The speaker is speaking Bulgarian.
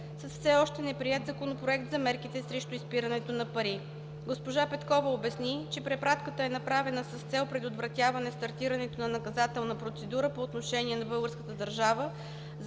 с все още неприет Законопроект за мерките срещу изпирането на пари. Госпожа Петкова обясни, че препратката е направена с цел предотвратяване стартирането на наказателна процедура по отношение на българската държава